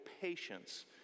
patience